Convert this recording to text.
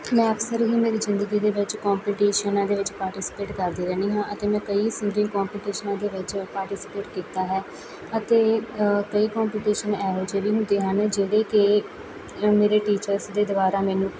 ਮੈਂ ਅਕਸਰ ਹੀ ਮੇਰੀ ਜ਼ਿੰਦਗੀ ਦੇ ਵਿੱਚ ਕੋਂਪੀਟੀਸ਼ਨ ਦੇ ਵਿੱਚ ਪਾਰਟੀਸੀਪੇਟ ਕਰਦੀ ਰਹਿੰਦੀ ਹਾਂ ਅਤੇ ਮੈਂ ਕਈ ਸਿੰਗਿੰਗ ਕੋਂਪੀਟੀਸ਼ਨਾਂ ਦੇ ਵਿੱਚ ਪਾਰਟੀਸਪੇਟ ਕੀਤਾ ਹੈ ਅਤੇ ਕਈ ਕੋਂਪੀਟੀਸ਼ਨ ਇਹੋ ਜਿਹੇ ਵੀ ਹੁੰਦੇ ਹਨ ਜਿਹੜੇ ਕਿ ਮੇਰੇ ਟੀਚਰਸ ਦੇ ਦੁਆਰਾ ਮੈਨੂੰ